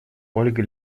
ольга